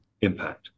impact